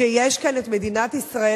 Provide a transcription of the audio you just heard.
שיש כאן מדינת ישראל,